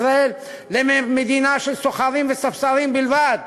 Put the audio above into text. ישראל למדינה של סוחרים וספסרים בלבד,